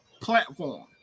platform